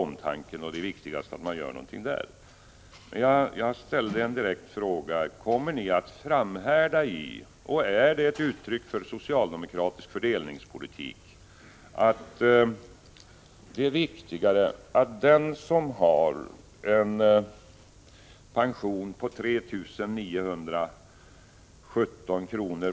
Men jag ställde en direkt fråga: Kommer ni att framhärda i och är det ett uttryck för socialdemokratisk fördelningspolitik att det är viktigare att den som har en pension på 3 917 kr.